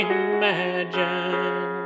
imagine